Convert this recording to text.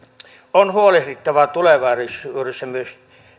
on huolehdittava tulevaisuudessa että myös